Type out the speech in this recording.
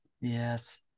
Yes